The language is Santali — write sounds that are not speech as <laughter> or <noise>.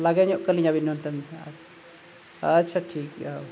ᱞᱟᱜᱮ ᱧᱚᱜ ᱠᱟᱹᱞᱤᱧᱟᱵᱤᱱ <unintelligible> ᱱᱚᱛᱮ ᱟᱪᱪᱷᱟ ᱟᱪᱪᱷᱟ ᱴᱷᱤᱠ ᱜᱮᱭᱟ